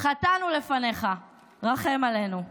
חטאנו לפניך, רחם עלינו.